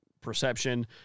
perception